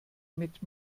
mit